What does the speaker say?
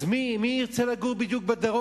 אז מי בדיוק ירצה לגור בדרום?